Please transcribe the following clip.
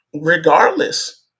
regardless